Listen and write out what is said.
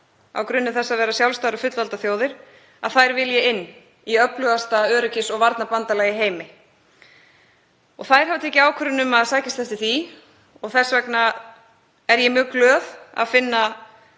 á grunni þess að vera sjálfstæðar og fullvalda þjóðir að þær vilji inn í öflugasta öryggis- og varnarbandalag í heimi. Þær hafa tekið ákvörðun um að sækjast eftir því og þess vegna er ég mjög glöð að finna